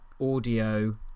audio